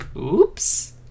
Oops